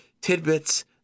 tidbits